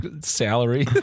salary